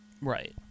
Right